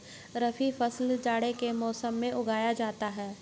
रबी फसल जाड़े के मौसम में उगाया जाता है